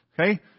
Okay